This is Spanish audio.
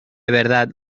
verdad